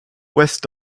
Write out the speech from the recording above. west